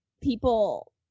people